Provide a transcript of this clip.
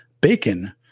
Bacon